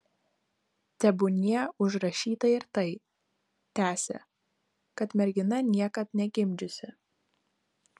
tebūnie užrašyta ir tai tęsė kad mergina niekad negimdžiusi